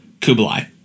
Kublai